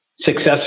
success